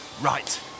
Right